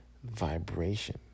Vibration